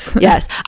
Yes